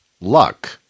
luck